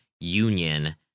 Union